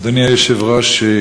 אדוני היושב-ראש,